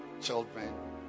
children